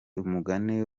umugani